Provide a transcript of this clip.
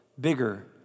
bigger